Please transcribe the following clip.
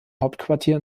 hauptquartier